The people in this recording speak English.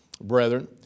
brethren